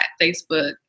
Facebook